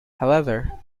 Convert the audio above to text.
however